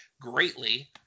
greatly